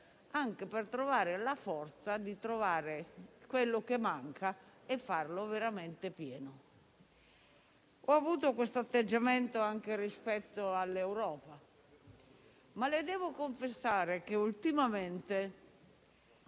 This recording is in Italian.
anche per trovare la forza di recuperare quello che manca e renderlo veramente pieno. Ho avuto questo atteggiamento anche rispetto all'Europa, ma le devo confessare, presidente